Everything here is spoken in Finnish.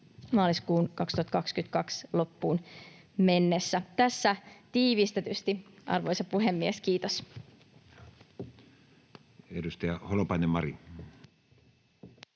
maaliskuun 2022 loppuun mennessä. Tässä tiivistetysti, arvoisa puhemies. — Kiitos.